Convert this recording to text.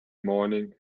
morning